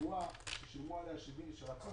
רצו